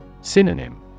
Synonym